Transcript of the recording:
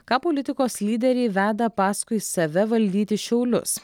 ką politikos lyderiai veda paskui save valdyti šiaulius